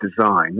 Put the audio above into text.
design